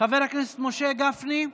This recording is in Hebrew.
חבר הכנסת משה גפני,